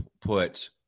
put